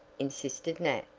insisted nat.